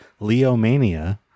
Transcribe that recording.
leomania